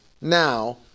now